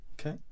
Okay